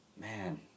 man